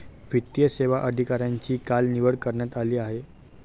वित्तीय सेवा अधिकाऱ्यांची काल निवड करण्यात आली आहे